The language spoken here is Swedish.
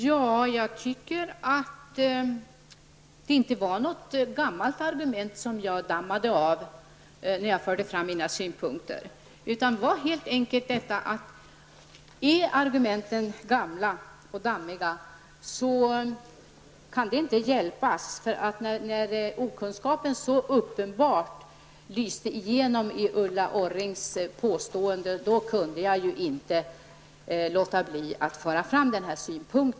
Herr talman! Jag dammade inte av något gammalt argument när jag framförde mina synpunkter. Det kan inte hjälpas att argument låter gamla och dammiga. När okunskapen så uppenbart lyste fram i Ulla Orrings påstående, kunde jag inte låta bli att föra fram den här synpunkten.